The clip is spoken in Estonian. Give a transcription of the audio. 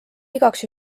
igaks